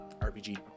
rpg